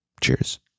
Cheers